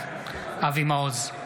אבי מעוז,